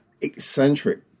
eccentric